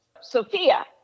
Sophia